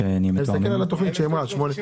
אני מסתכל על שבסופה מסומן